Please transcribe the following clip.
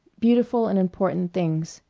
beautiful and important things,